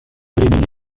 времени